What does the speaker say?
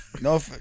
No